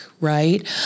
Right